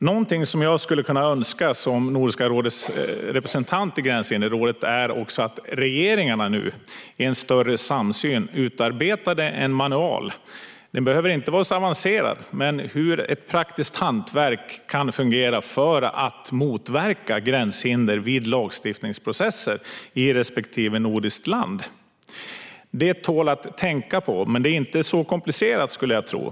Någonting som jag skulle önska som Nordiska rådets representant i Gränshinderrådet är också att regeringarna i en större samsyn utarbetar en manual - den behöver inte vara så avancerad - om hur ett praktiskt hantverk kan fungera för att motverka gränshinder vid lagstiftningsprocesser i respektive nordiskt land. Det tål att tänkas på. Men det är inte så komplicerat, skulle jag tro.